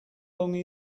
long